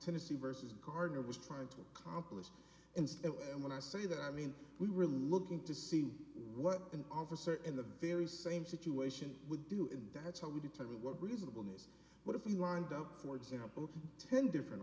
tennessee versus gardner was trying to accomplish and when i say that i mean we were looking to see what an officer in the very same situation would do in that's how we determine what reasonable nice but if you lined up for example ten different